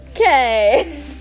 Okay